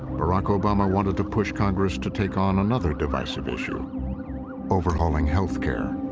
barack obama wanted to push congress to take on another divisive issue overhauling healthcare.